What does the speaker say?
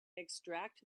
extract